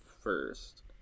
first